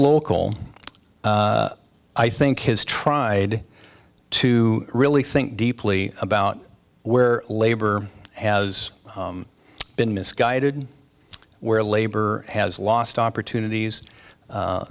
local i think has tried to really think deeply about where labor has been misguided where labor has lost opportunities